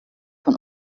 von